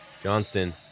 Johnston